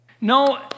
No